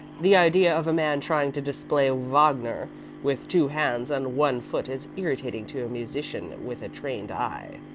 the idea of a man trying to display wagner with two hands and one foot is irritating to a musician with a trained eye.